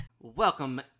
Welcome